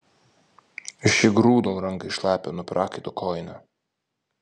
aš įgrūdau ranką į šlapią nuo prakaito kojinę